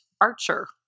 archer